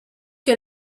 que